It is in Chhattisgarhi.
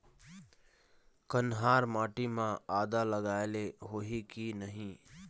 कन्हार माटी म आदा लगाए ले होही की नहीं?